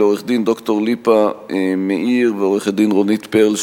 לעורך-הדין ד"ר ליפא מאיר ולעורכת-הדין רונית פרל,